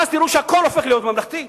ואז תראו שהכול הופך להיות ממלכתי,